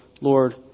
Lord